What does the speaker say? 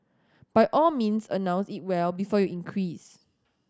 by all means announce it well before you increase